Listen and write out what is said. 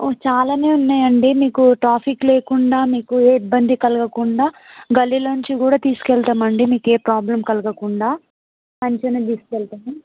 చాలానే ఉన్నాయండి మీకు ట్రాఫిక్ లేకుండా మీకు ఇబ్బంది కలగకుండా గల్లీలోంచి కూడా తీసుకెళ్తామండి మీకు ఏ ప్రాబ్లం కలగకుండా మంచిగానే మేం తీసుకెళ్తాము